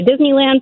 Disneyland